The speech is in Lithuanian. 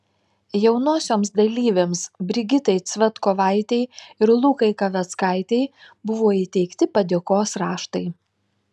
jaunosioms dalyvėms brigitai cvetkovaitei ir lukai kaveckaitei buvo įteikti padėkos raštai